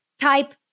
Type